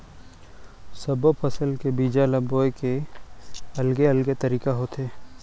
सब्बो फसल के बीजा ल बोए के अलगे अलगे तरीका होथे